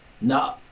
No